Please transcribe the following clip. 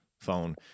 phone